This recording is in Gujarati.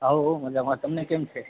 હલો મજામાં તમને કેમ છે